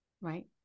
right